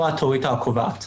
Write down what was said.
הוא האוטוריטה הקובעת.